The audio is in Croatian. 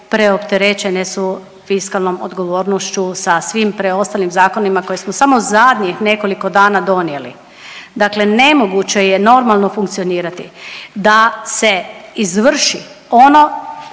preopterećene su fiskalnom odgovornošću sa svim preostalim zakonima koje smo samo u zadnjih nekoliko dana donijeli, dakle nemoguće je normalno funkcionirati da se izvrši ono